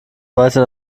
weiter